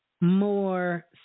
more